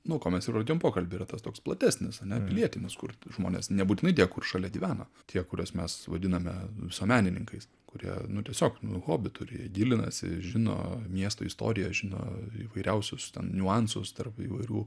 nuo ko mes ir pradėjom pokalbį yra tas toks platesnis ane pilietinis kur žmonės nebūtinai tie kur šalia gyveno tie kuriuos mes vadiname visuomenininkais kurie nu tiesiog hobį turi jie gilinasi žino miesto istoriją žino įvairiausius niuansus tarp įvairių